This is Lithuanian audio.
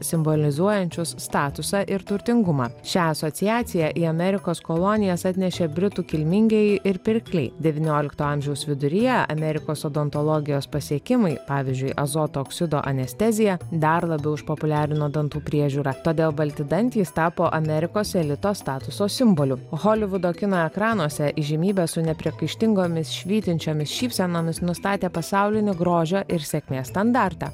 simbolizuojančius statusą ir turtingumą šią asociaciją į amerikos kolonijas atnešė britų kilmingieji ir pirkliai devyniolikto amžiaus viduryje amerikos odontologijos pasiekimai pavyzdžiui azoto oksido anestezija dar labiau išpopuliarino dantų priežiūrą todėl balti dantys tapo amerikos elito statuso simboliu holivudo kino ekranuose įžymybės su nepriekaištingomis švytinčiomis šypsenomis nustatė pasaulinį grožio ir sėkmės standartą